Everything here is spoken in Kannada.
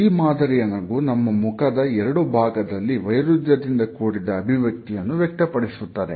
ಈ ಮಾದರಿಯ ನಗು ನಮ್ಮ ಮುಖದ ಎರಡು ಭಾಗದಲ್ಲಿ ವೈರುಧ್ಯದಿಂದ ಕೂಡಿದ ಅಭಿವ್ಯಕ್ತಿಯನ್ನು ವ್ಯಕ್ತಪಡಿಸುತ್ತದೆ